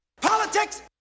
Politics